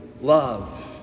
love